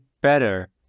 better